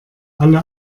alle